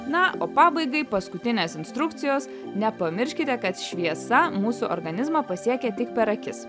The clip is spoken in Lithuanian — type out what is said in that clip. na o pabaigai paskutinės instrukcijos nepamirškite kad šviesa mūsų organizmą pasiekia tik per akis